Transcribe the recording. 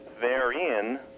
therein